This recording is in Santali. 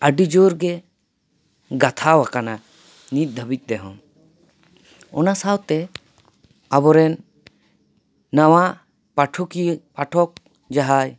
ᱟᱹᱰᱤ ᱡᱳᱨ ᱜᱮ ᱜᱟᱛᱷᱟᱣ ᱟᱠᱟᱱᱟ ᱱᱤᱛ ᱫᱷᱟᱹᱵᱤᱡ ᱛᱮᱦᱚᱸ ᱚᱱᱟ ᱥᱟᱶᱛᱮ ᱟᱵᱚᱨᱮᱱ ᱱᱟᱣᱟ ᱯᱟᱴᱷᱚᱠᱤᱭᱟᱹ ᱯᱟᱴᱷᱚᱠ ᱡᱟᱦᱟᱸᱭ